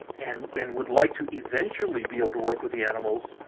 and and would like to eventually be able to work with the animals